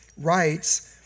writes